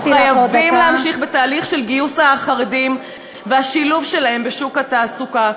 אנחנו חייבים להמשיך בתהליך של גיוס החרדים והשילוב שלהם בשוק התעסוקה.